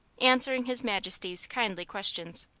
answering his majesty's kindly questions.